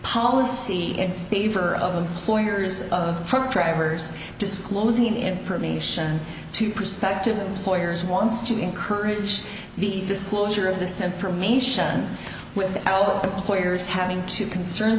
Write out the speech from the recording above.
policy in favor of employers of truck drivers disclosing information to prospective employers wants to encourage the disclosure of the same permission with our employers having to concern